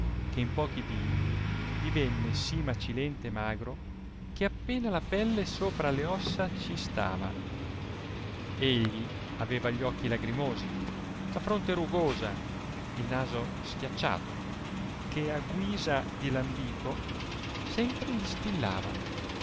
che in pochi dì divenne si macilente e magro che appena la pelle sopra le ossa ci stava egli aveva gli occhi lagrimosi la fronte rugosa il naso schiacciato che a guisa di lambico sempre gli stillava